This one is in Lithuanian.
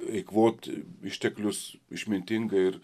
eikvot išteklius išmintingai ir